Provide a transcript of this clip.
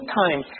time